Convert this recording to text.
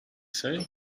say